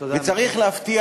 וצריך להבטיח,